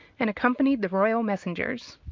and accompanied the royal messengers.